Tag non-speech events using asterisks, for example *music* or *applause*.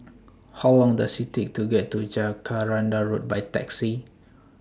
*noise* How Long Does IT Take to get to Jacaranda Road By Taxi